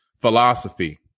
philosophy